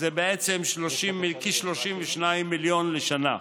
הייתי מדייק ואומר שזה כ-32 מיליון לשנה,